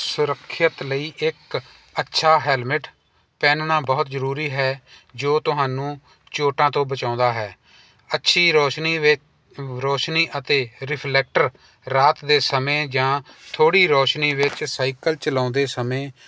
ਸੁਰੱਖਿਅਤ ਲਈ ਇੱਕ ਅੱਛਾ ਹੈਲਮੇਟ ਪਹਿਨਣਾ ਬਹੁਤ ਜ਼ਰੂਰੀ ਹੈ ਜੋ ਤੁਹਾਨੂੰ ਚੋਟਾਂ ਤੋਂ ਬਚਾਉਂਦਾ ਹੈ ਅੱਛੀ ਰੌਸ਼ਨੀ ਵੇ ਰੌਸ਼ਨੀ ਅਤੇ ਰਿਫਲੈਕਟਰ ਰਾਤ ਦੇ ਸਮੇਂ ਜਾਂ ਥੋੜ੍ਹੀ ਰੋਸ਼ਨੀ ਵਿੱਚ ਸਾਈਕਲ ਚਲਾਉਂਦੇ ਸਮੇਂ